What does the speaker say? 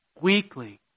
weekly